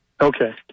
Okay